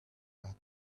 that